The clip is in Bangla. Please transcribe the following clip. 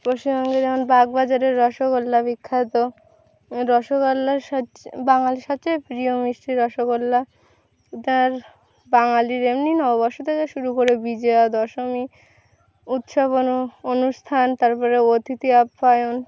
পশ্চিমবঙ্গে যেমন বাগবাজারের রসগোল্লা বিখ্যাত রসগোল্লার সে বাঙালির সবচেয়ে প্রিয় মিষ্টি রসগোল্লা তার বাঙালির এমনি নববর্ষ থেকে শুরু করে বিজয়া দশমী উৎসব অনুষ্ঠান তারপরে অতিথি আপ্যায়ন